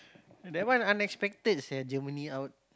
that one unexpected sia Germany out